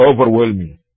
overwhelming